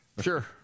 Sure